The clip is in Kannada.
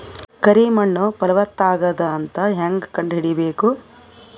ಕರಿ ಮಣ್ಣು ಫಲವತ್ತಾಗದ ಅಂತ ಹೇಂಗ ಕಂಡುಹಿಡಿಬೇಕು?